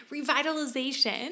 revitalization